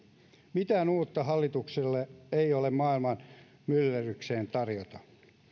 mitään uutta hallituksella ei ole maailman myllerrykseen tarjota